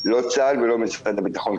לא צה"ל ולא משרד הביטחון,